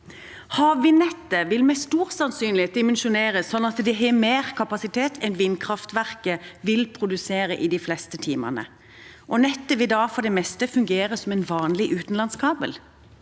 Havvindnettet vil med stor sannsynlighet dimensjoneres sånn at de har mer kapasitet enn det vindkraftverk vil produsere i de fleste timene, og nettet vil da for det meste fungere som en vanlig utenlandskabel.